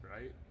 right